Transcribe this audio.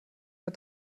der